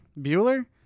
Bueller